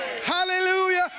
hallelujah